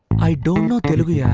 i don't know? kind of yeah